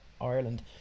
Ireland